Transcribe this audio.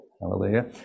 Hallelujah